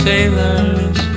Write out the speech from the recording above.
Sailors